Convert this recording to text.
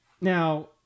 Now